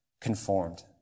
conformed